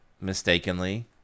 mistakenly